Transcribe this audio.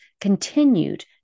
continued